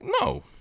No